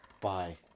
Bye